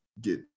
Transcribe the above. get